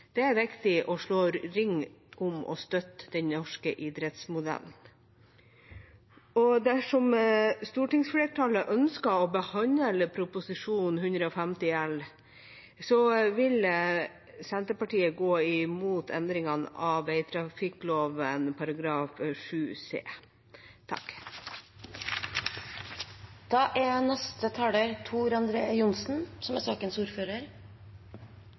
Det er viktig å slå ring om og støtte den norske idrettsmodellen. Dersom stortingsflertallet ønsker å behandle Prop. 151 L, vil Senterpartiet gå imot endringene